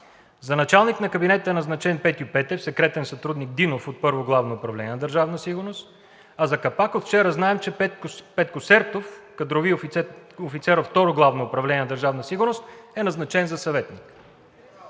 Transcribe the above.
за началник на кабинета е назначен Петьо Петев – секретен сътрудник „Динов“ от Първо главно управление на Държавна сигурност, а за капак, от вчера знаем, че Петко Сертов – кадрови офицер във Второ главно управление на Държавна сигурност, е назначен за съветник.